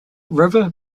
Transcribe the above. river